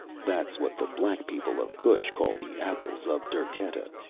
that's what the black people of kush call the apples of derketa.